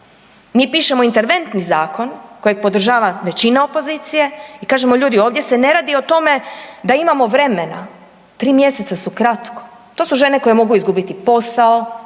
mi pišemo interventni zakon kojeg podržava većina opozicije i kažemo, ljudi, ovdje se ne radi o tome da imamo vremena. 3 mjeseca su kratko. To su žene koje mogu izgubiti posao,